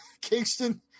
Kingston